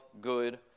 good